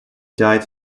died